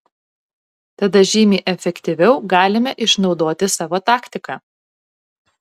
tada žymiai efektyviau galime išnaudoti savo taktiką